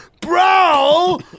bro